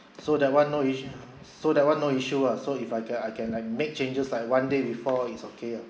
so that [one] no iss~ so that [one] no issue ah so if I can I can I make changes like one day before it's okay ah